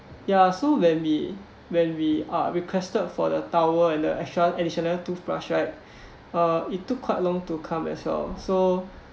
ya so when we when we uh requested for the towel and the extra additional toothbrush right uh it took quite long to come as well so